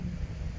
mm